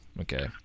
Okay